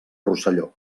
rosselló